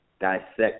dissect